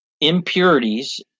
impurities